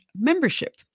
membership